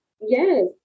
Yes